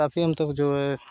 काफी हम तब जो है